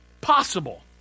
possible